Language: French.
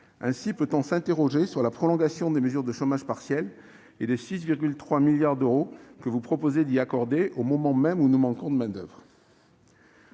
Aussi peut-on s'interroger sur la prolongation des mesures de chômage partiel et sur les 6,3 milliards d'euros que vous proposez d'y accorder au moment même où nous manquons de main-d'oeuvre.